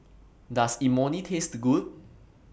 Does Imoni Taste Good